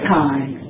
time